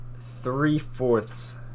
three-fourths